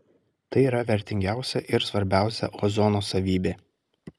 tai yra vertingiausia ir svarbiausia ozono savybė